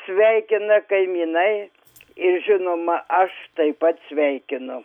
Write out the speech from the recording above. sveikina kaimynai ir žinoma aš taip pat sveikinu